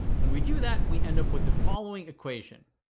when we do that we end up with the following equation,